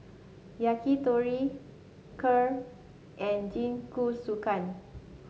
Yakitori Kheer and Jingisukan